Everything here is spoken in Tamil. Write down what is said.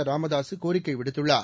ராமதாசு கோரிக்கை விடுத்துள்ளார்